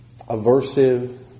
aversive